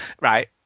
right